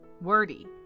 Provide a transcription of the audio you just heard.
Wordy